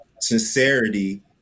sincerity